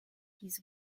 his